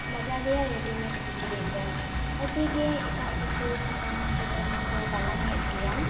ᱵᱟᱡᱟᱨ ᱨᱮᱭᱟᱜ ᱨᱮᱰᱤᱢᱮᱴ ᱠᱤᱪᱨᱤᱡ ᱫᱚ ᱟᱹᱰᱤ ᱜᱮ ᱮᱴᱟᱜ ᱠᱤᱪᱷᱩ ᱥᱩᱛᱟᱹᱢ ᱠᱚ ᱛᱮᱦᱚᱸ ᱠᱚ ᱜᱟᱞᱟᱝᱼᱮᱫ ᱜᱮᱭᱟ